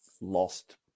lost